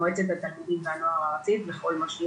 מועצת התלמידים והנוער הארצית וכל מה שהיא